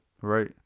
Right